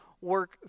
work